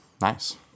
Nice